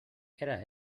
era